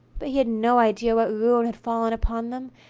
but he had no idea what ruin had fallen upon them,